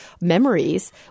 memories